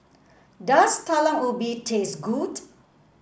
does Talam Ubi taste good